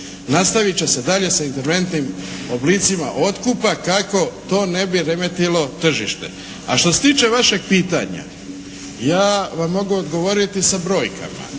nastavit će se i dalje sa interventnim oblicima otkupa kako to ne bi remetilo tržište. A što se tiče vašeg pitanja ja vam mogu odgovoriti sa brojkama.